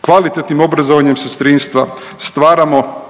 kvalitetnim obrazovanjem sestrinstva stvaramo